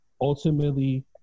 Ultimately